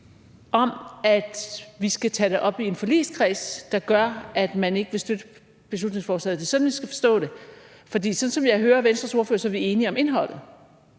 om, at vi skal tage det op i en forligskreds, der gør, at man ikke vil støtte beslutningsforslaget – er det sådan, vi skal forstå det? For sådan som jeg hører Venstres ordfører, så er vi enige om indholdet.